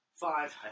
Five